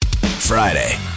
Friday